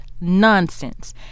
nonsense